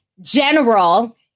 General